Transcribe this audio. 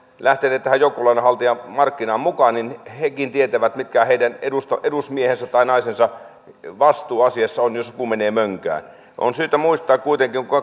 lähteneet tähän joukkolainanhaltijan markkinaan mukaan tietävät mikä heidän edusmiehensä tai naisensa vastuu asiassa on jos joku menee mönkään on syytä muistaa kuitenkin kun